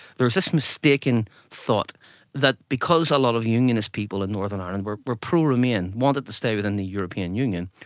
there is this mistaken thought that because a lot of unionist people in northern ireland were were pro-remain, wanted to stay within the european union,